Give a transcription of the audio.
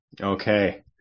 okay